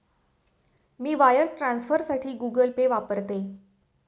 मी wire ट्रान्सफरसाठी Google Pay वापरते